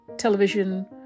television